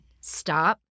stop